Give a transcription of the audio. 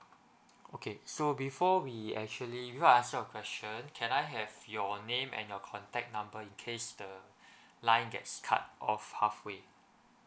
okay so before we actually before I answer your question can I have your name and your contact number in case the line gets cut off halfway